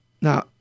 Now